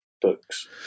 books